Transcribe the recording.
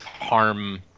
harm